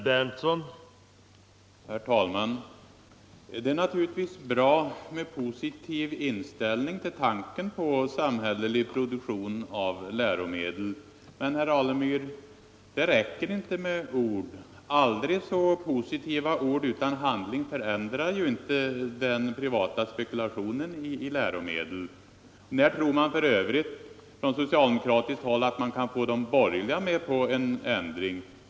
Herr talman! Det är naturligtvis bra med positiv inställning till tanken på samhällelig produktion av läromedel men, herr Alemyr, det räcker inte med aldrig så positiva ord — utan handling förändras inte den privata spekulationen i läromedel. När tror man f.ö. från socialdemokratiskt håll att man kan få de borgerliga med på en ändring?